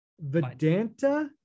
Vedanta